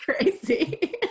crazy